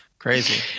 Crazy